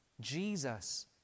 Jesus